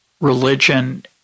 religion